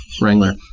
Wrangler